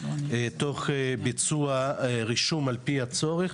תוך ביצוע רישום לפי הצורך.